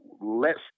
lets